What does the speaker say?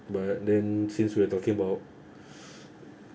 but then since we're talking about